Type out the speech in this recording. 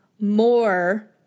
More